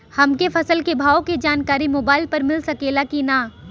हमके फसल के भाव के जानकारी मोबाइल पर मिल सकेला की ना?